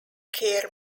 care